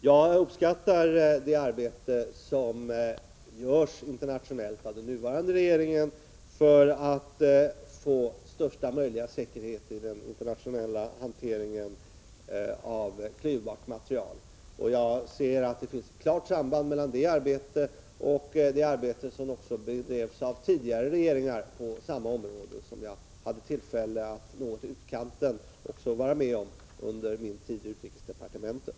Jag uppskattar det arbete som görs internationellt av den nuvarande regeringen för att åstadkomma största möjliga säkerhet i den internationella — Nr 94 hanteringen av klyvbart material. Jag ser att det finns ett klart samband Måndagen den mellan det arbetet och det arbete som bedrevs av tidigare regeringar på — 11 mars 1985 samma område, vilket jag hade tillfälle att något i utkanten vara med om under min tid i utrikesdepartementet.